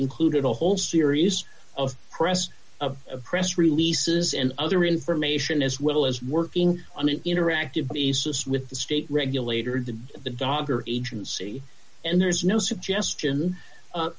included a whole series of press of press releases and other information as well as working on an interactive basis with the state regulator the the dogger agency and there's no